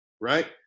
right